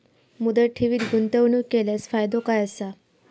मुदत ठेवीत गुंतवणूक केल्यास फायदो काय आसा?